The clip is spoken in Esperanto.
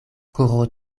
koro